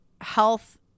health